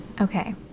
okay